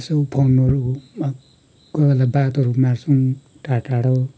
यसो फोनहरूमा कोही बेला बातहरू मार्छौँ टाढो टाढो